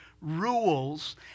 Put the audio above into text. rules